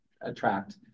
attract